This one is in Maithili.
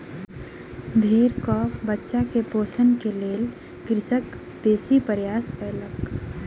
भेड़क बच्चा के पोषण के लेल कृषक बेसी प्रयास कयलक